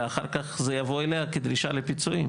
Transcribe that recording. ואחר כך זה יחזור אליה כדרישה לפיצויים,